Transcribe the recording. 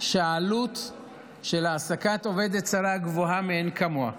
שהעלות של העסקת עובדת זרה גבוהה מאין כמוה,